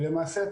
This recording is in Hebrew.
למעשה,